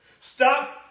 Stop